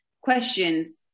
questions